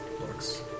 looks